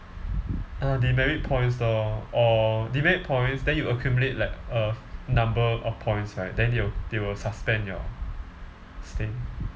uh demerit points lor or demerit points then you accumulate like a number of points right then they will they will suspend your stay